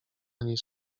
ani